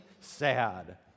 sad